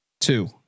Two